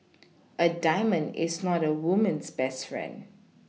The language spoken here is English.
a diamond is not a woman's best friend